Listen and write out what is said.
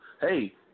hey